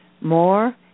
More